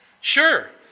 Sure